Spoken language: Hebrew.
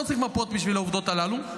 לא צריך מפות בשביל העובדות הללו.